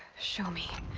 show me.